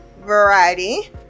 variety